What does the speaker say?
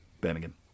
Birmingham